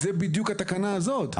זאת בדיוק התקנה הזאת.